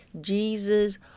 Jesus